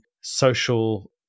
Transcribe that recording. social